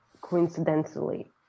coincidentally